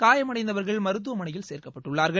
காயமடைந்தவர்கள் மருத்துவமனையில் சேர்க்கப்பட்டுள்ளார்கள்